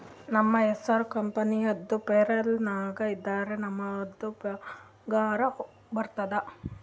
ನಮ್ದು ಹೆಸುರ್ ಕಂಪೆನಿದು ಪೇರೋಲ್ ನಾಗ್ ಇದ್ದುರೆ ನಮುಗ್ ಪಗಾರ ಬರ್ತುದ್